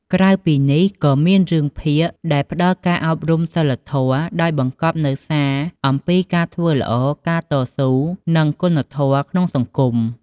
ក្រៅពីនេះ ក៏មានរឿងភាគដែលផ្ដល់ការអប់រំសីលធម៌ ដោយបង្កប់នូវសារអំពីការធ្វើល្អ ការតស៊ូ និងគុណធម៌ក្នុងសង្គម។